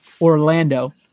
orlando